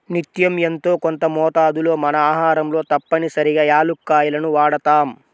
నిత్యం యెంతో కొంత మోతాదులో మన ఆహారంలో తప్పనిసరిగా యాలుక్కాయాలను వాడతాం